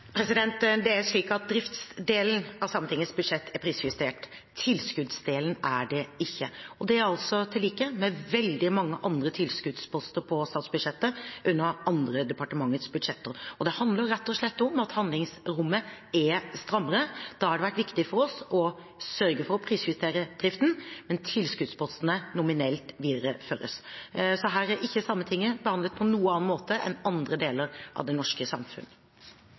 prisvekst? Er det slik at Sametinget tar feil når de hevder at da vil de øvrige formålene bli hengende etter, når de ikke får lønns- og prisvekst? Driftsdelen av Sametingets budsjett er prisjustert, tilskuddsdelen er det ikke. Det er likt med veldig mange andre tilskuddsposter på statsbudsjettet under andre departementers budsjetter. Det handler rett og slett om at handlingsrommet er strammere. Da har det vært viktig for oss å sørge for å prisjustere driften, mens tilskuddspostene nominelt videreføres. Så her er ikke Sametinget behandlet på noe annen måte